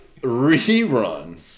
Rerun